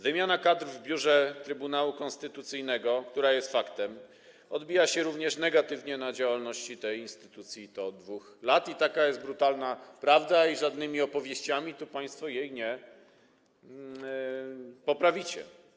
Wymiana kadr w biurze Trybunału Konstytucyjnego, która jest faktem, odbija się negatywnie na działalności tej instytucji, i to od 2 lat, taka jest brutalna prawda i żadnymi opowieściami tu państwo jej nie poprawicie.